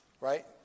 Right